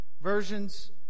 versions